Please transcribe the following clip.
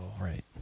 right